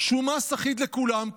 שהוא מס אחיד לכולם,